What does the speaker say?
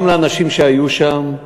גם לאנשים שהיו שם,